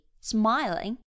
smiling